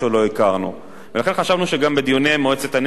ולכן חשבנו שגם בדיוני מועצת הנפט יהיה השיקול הסביבתי.